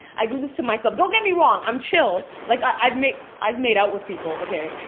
i do this to myself. don't get me wrong. i'm chill. like, i've made. i've made out with people, okay?